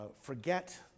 forget